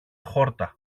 χόρτα